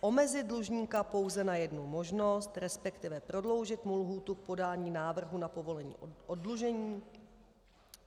Omezit dlužníka pouze na jednu možnost, resp. prodloužit mu lhůtu k podání návrhu na povolení k oddlužení,